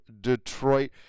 Detroit